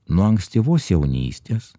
nuo ankstyvos jaunystės